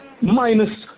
minus